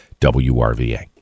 WRVA